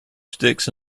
sticks